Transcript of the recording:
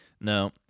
No